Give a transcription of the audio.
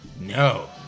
No